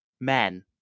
men